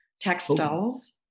textiles